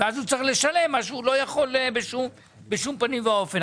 כך הוא צריך לשלם את מה שהוא לא יכול בשום פנים ואופן.